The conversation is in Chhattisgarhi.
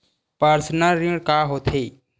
पर्सनल ऋण का होथे?